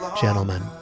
Gentlemen